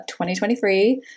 2023